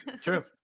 True